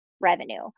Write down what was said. revenue